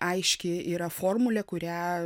aiški yra formulė kurią